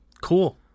Cool